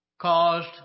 caused